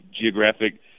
geographic